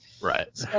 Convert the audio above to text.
Right